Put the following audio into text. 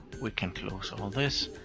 we can close all this.